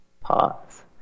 Pause